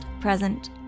present